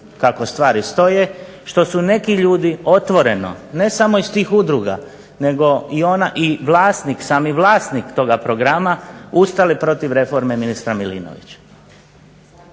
kako stvari stoje što su neki ljudi otvoreno ne samo iz tih udruga, nego i vlasnik, sami vlasnik toga programa ustali protiv reforme ministra Milinovića.